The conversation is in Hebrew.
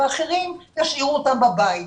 ואחרים ישאירו אותם בבית.